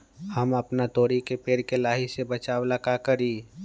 हम अपना तोरी के पेड़ के लाही से बचाव ला का करी?